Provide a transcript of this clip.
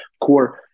Core